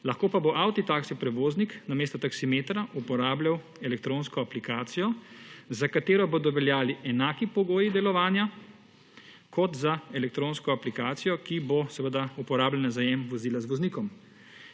lahko pa bo avtotaksi prevoznik, namesto taksimetra uporabljal elektronsko aplikacijo, za katero bodo veljali enaki pogoji delovanja, kot za elektronsko aplikacijo, ki bo seveda uporabljena za najem vozila z voznikom,